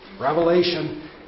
Revelation